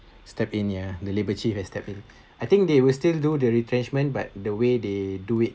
step in ya the labor chief has step in I think they will still do the retrenchment but the way they do it